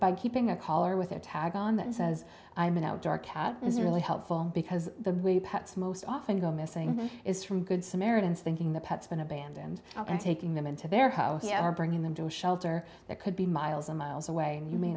t keeping a collar with a tag on that says i'm an outdoor cat is really helpful because the way pets most often go missing is from good samaritans thinking the pets been abandoned and taking them into their house or bringing them to a shelter that could be miles and miles away and you may